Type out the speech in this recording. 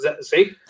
See